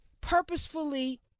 purposefully